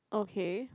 okay